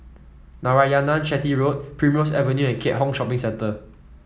Narayanan Chetty Road Primrose Avenue and Keat Hong Shopping Centre